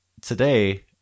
today